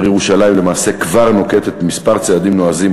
העיר ירושלים למעשה כבר נוקטת כמה צעדים נועזים